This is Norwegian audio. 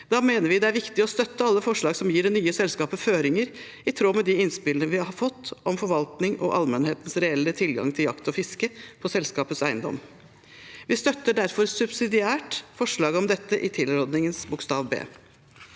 Da mener vi det er viktig å støtte alle forslag som gir det nye selskapet føringer i tråd med de innspillene vi har fått om forvaltning og allmennhetens reelle tilgang til jakt og fiske på selskapets eiendom. Vi støtter derfor subsidiært forslaget om dette i tilrådingens forslag